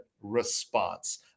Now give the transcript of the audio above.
response